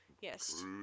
Yes